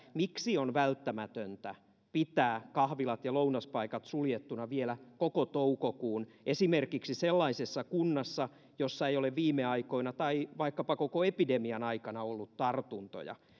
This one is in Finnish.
miksi on välttämätöntä pitää kahvilat ja lounaspaikat suljettuina vielä koko toukokuun esimerkiksi sellaisessa kunnassa jossa ei ole viime aikoina tai vaikkapa koko epidemian aikana ollut tartuntoja